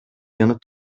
yanıt